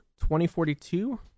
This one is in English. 2042